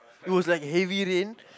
it was like heavy rain